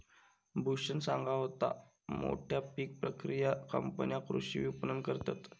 भूषण सांगा होतो, मोठ्या पीक प्रक्रिया कंपन्या कृषी विपणन करतत